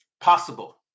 possible